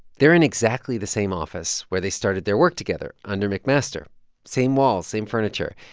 they're in exactly the same office where they started their work together under mcmaster same wall, same furniture.